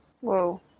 Whoa